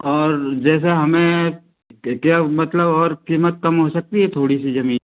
और जैसे हमें क्या मतलब और कीमत कम हो सकती है थोड़ी सी ज़मीन